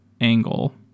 angle